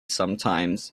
sometimes